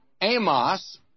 Amos